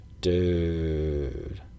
Dude